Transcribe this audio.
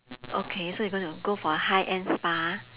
okay so you're gonna go for a high end spa